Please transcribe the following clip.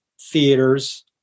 theaters